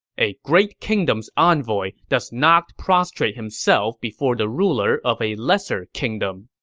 a great kingdom's envoy does not prostrate himself before the ruler of a lesser kingdom.